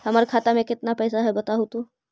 हमर खाता में केतना पैसा है बतहू तो?